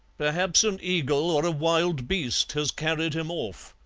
perhaps an eagle or a wild beast has carried him off,